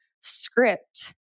script